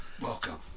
Welcome